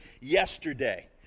yesterday